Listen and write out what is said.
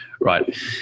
right